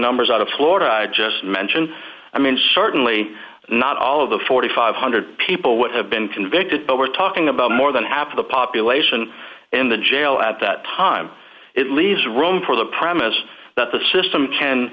numbers out of florida just mention i mean certainly not all of the four thousand five hundred dollars people would have been convicted but we're talking about more than half of the population in the jail at that time it leaves room for the premise that the system can